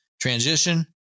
transition